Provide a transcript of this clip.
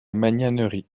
magnanerie